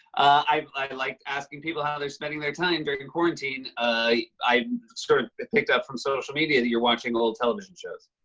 i like like asking people how they're spending their time during and quarantine. i i sort of picked up from social media that you're watching old television shows.